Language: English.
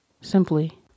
simply